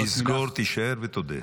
נסגור, תישאר ותודה.